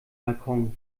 balkon